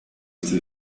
este